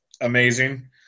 amazing